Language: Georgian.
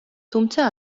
თუმცა